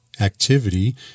activity